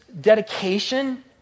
dedication